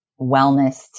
wellness